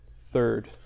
third